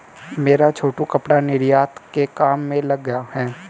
मेरा छोटू कपड़ा निर्यात के काम में लग गया है